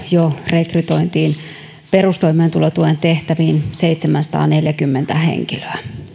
rekrytoitiin perustoimeentulotuen tehtäviin seitsemänsataaneljäkymmentä henkilöä